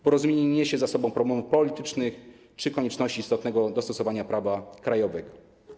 Porozumienie nie niesie za sobą problemów politycznych czy konieczności istotnego dostosowania prawa krajowego.